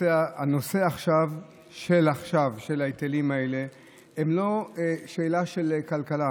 הנושא של ההיטלים האלה עכשיו הוא לא שאלה של כלכלה,